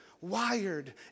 wired